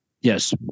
Yes